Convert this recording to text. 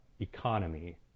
economy